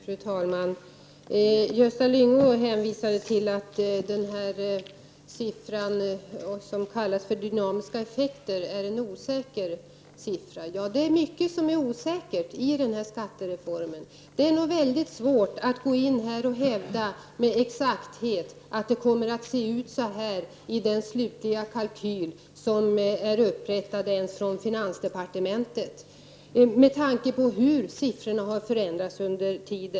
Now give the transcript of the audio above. Fru talman! Gösta Lyngå hänvisade till att de s.k. dynamiska effekterna är osäkra. Ja, det är mycket som är osäkert i skattereformen. Det är nog svårt att hävda att det kommer att se ut exakt som i den slutliga kalkyl som är upprättad i finansdepartementet, med tanke på hur siffrorna har ändrats under tiden.